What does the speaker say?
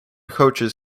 coaches